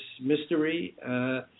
mystery